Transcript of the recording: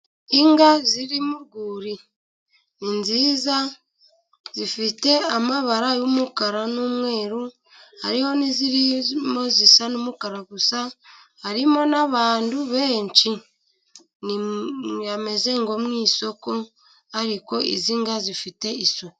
ika ziri murwuri ni nziza zifite amabara y'umukara n'umweru, hariho n'izirimo zisa n'umukara gusa, harimo n'abantu benshi, hameze nko mu isoko ariko izi nka zifite isuku.